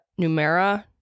Numera